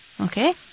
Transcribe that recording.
Okay